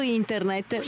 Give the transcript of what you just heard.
internet